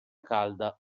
calda